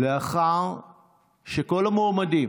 לאחר שכל המועמדים,